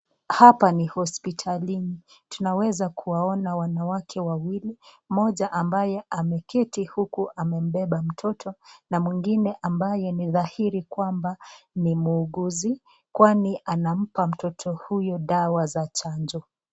Hapa ni hospitalini tunaweza kuwaona wanawake wawili, mmoja ambaye ameketi huku amembeba mtoto na mwengine ambaye ni dhahiri kwamba ni muuguzi kwani anampa mtoto huyo dawa za chanjo.